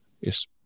yes